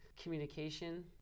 communication